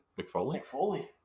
McFoley